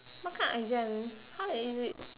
what kind of exam how can you do it